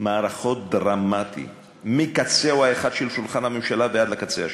מערכות דרמטי מקצהו האחד של שולחן הממשלה ועד לקצה השני,